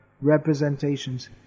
representations